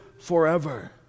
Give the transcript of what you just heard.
forever